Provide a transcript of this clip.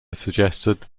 suggested